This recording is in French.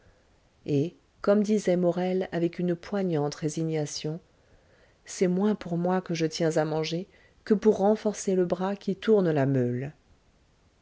et comme disait morel avec une poignante résignation c'est moins pour moi que je tiens à manger que pour renforcer le bras qui tourne la meule